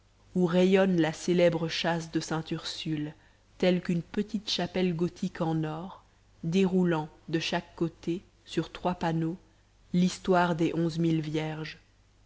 où rayonne la célèbre châsse de sainte ursule telle qu'une petite chapelle gothique en or déroulant de chaque côté sur trois panneaux l'histoire des onze mille vierges